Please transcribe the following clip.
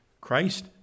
Christ